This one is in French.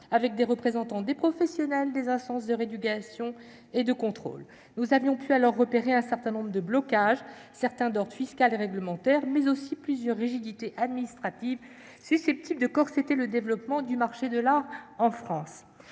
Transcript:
avec des représentants des professionnels et des instances de régulation et de contrôle. Nous avions pu alors repérer un certain nombre de blocages, certains d'ordre fiscal et réglementaire, mais aussi plusieurs rigidités administratives susceptibles de corseter le développement du marché de l'art en France.